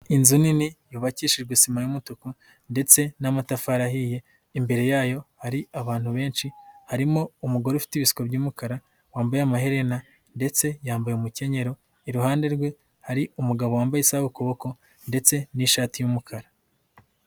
Inzu nini yubakishijwe isima y'umutuku ndetse n'amatafari ahiye, imbere yayo hari abantu benshi, harimo umugore ufite ibisuko by'umukara, wambaye amaherena ndetse yambaye umukenyero, iruhande rwe hari umugabo wambaye isaha ku kuboko ndetse n'ishati y'umukara.